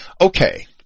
Okay